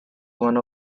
one